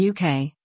UK